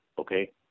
okay